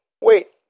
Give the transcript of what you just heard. wait